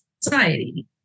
society